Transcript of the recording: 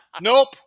Nope